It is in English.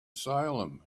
salem